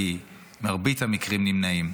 כי מרבית המקרים נמנעים.